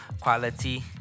quality